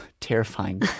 terrifying